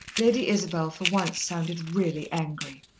lady isabel for once sounded really angry.